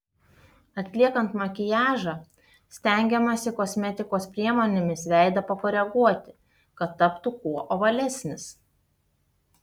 atliekant makiažą stengiamasi kosmetikos priemonėmis veidą pakoreguoti kad taptų kuo ovalesnis